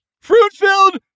Fruit-filled